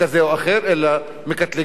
אלא מקטלגים אותו מייד,